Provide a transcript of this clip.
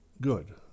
good